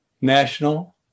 national